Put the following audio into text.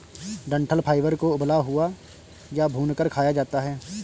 डंठल फाइबर को उबला हुआ या भूनकर खाया जाता है